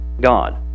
God